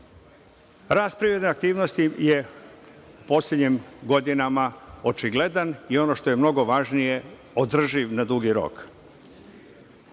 privredne aktivnosti je u poslednjim godinama očigledan i ono što je mnogo važnije, održiv na dugi